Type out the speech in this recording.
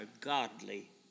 godly